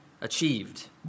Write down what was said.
achieved